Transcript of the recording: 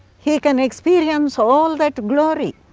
he can experience all that glory.